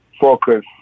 focus